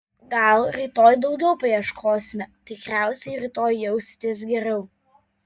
gal rytoj daugiau paieškosime tikriausiai rytoj jausitės geriau